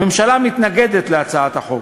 הממשלה מתנגדת להצעת החוק,